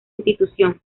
institución